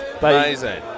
Amazing